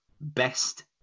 best